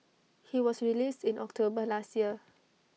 he was released in October last year